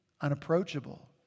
unapproachable